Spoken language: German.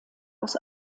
aus